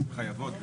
חייבות.